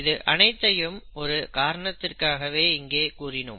இது அனைத்தையும் ஒரு காரணத்திற்காகவே இங்கு கூறினோம்